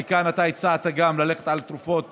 כי כאן אתה הצעת גם ללכת על תרופות